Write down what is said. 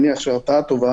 ואני מניח שהרתעה טובה